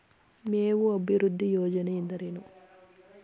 ಮೇವು ಅಭಿವೃದ್ಧಿ ಯೋಜನೆ ಎಂದರೇನು?